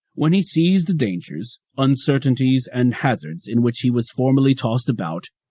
when he sees the dangers, uncertainties, and hazards in which he was formerly tossed about,